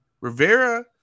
Rivera